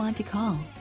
um to call?